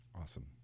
Awesome